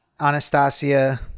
Anastasia